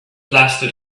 lasted